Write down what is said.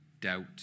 doubt